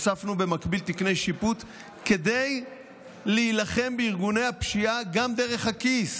והוספנו במקביל תקני שיפוט כדי להילחם בארגוני הפשיעה גם דרך הכיס.